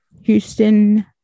Houston